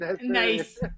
Nice